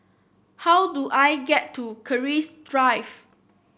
how do I get to Keris Drive